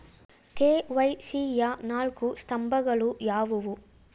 KYC ಯ ನಾಲ್ಕು ಸ್ತಂಭಗಳು ಯಾವುವು?